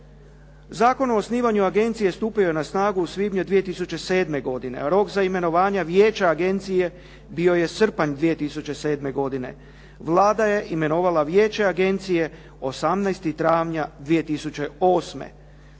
Zakon o osnivanju Agencije stupio je na snagu u svibnju 2007. godine. rok za imenovanja Vijeća Agencije bio je srpanj 2007. godine. Vlada je imenovala Vijeće Agencije 18. travnja 2008. Niti